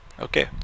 okay